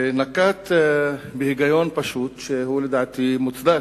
ונקט היגיון פשוט, שלדעתי הוא מוצדק,